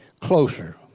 closer